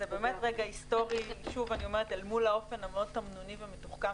זה באמת רגע היסטורי אל מול האופן המאוד תמנוני ומתוחכם